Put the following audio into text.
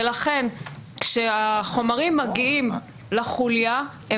ולכן כשהחומרים מגיעים לחוליה,